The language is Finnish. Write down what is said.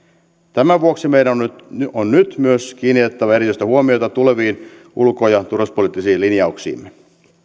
tämän vuoksi meidän on nyt on nyt myös kiinnitettävä erityistä huomiota tuleviin ulko ja turvallisuuspoliittisiin linjauksiimme